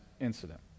incident